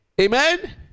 Amen